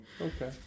Okay